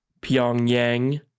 Pyongyang